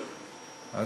תודה רבה,